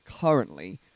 currently